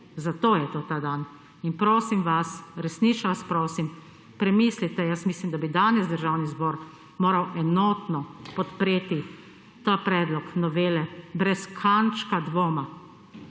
zato je to ta dan. Prosim vas resnično vas prosim premislite. Jaz mislim, da bi danes Državni zbor moral enotno podpreti ta predlog novele brez kančka dvoma.